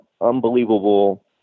unbelievable